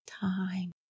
time